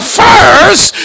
first